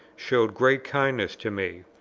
showed great kindness to me.